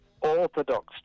Orthodox